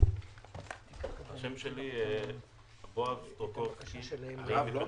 השם שלי בועז סטרוקובסקי מפתח-תקווה.